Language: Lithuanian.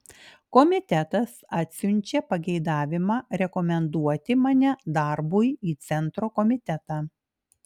komitetas atsiunčia pageidavimą rekomenduoti mane darbui į centro komitetą